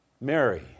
Mary